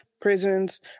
prisons